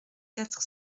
quatre